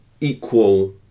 equal